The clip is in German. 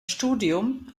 studium